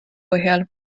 põhjal